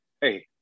Hey